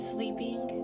Sleeping